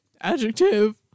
Adjective